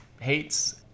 Hates